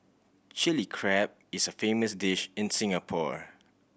Chilli Crab is a famous dish in Singapore